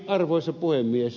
arvoisa puhemies